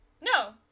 no